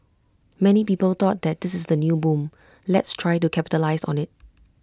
many people thought that this is the new boom let's try to capitalise on IT